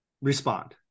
respond